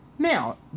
Now